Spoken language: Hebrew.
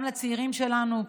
גם לצעירים שלנו,